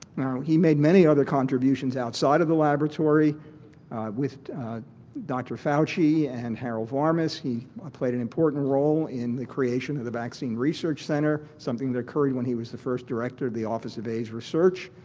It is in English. now he made many other contributions outside of the laboratory with dr. fauci and harold varmis, he played an important role in the creation of the vaccine research center, something that occurred when he was the first director of office of aids research.